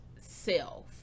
self